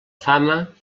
fama